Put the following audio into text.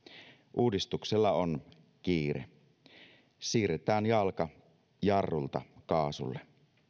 uudistuksella on kiire siirretään jalka jarrulta kaasulle